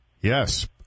Yes